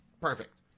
Perfect